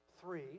three